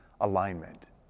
alignment